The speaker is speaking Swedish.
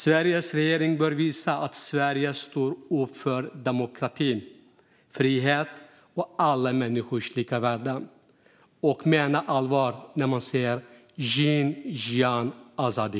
Sveriges regering bör visa att Sverige står upp för demokrati, frihet och alla människors lika värde och mena allvar när man säger: "jin, jiyan, azadi!"